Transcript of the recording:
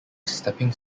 stepping